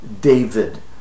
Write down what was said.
david